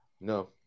No